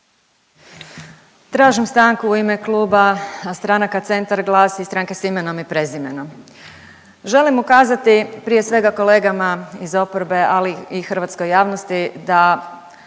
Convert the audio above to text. Tražim stanku u ime Kluba stranaka Centar, GLAS i Stranke s imenom i prezimenom. Želim ukazati prije svega kolegama iz oporbe, ali i hrvatskoj javnosti da